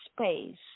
space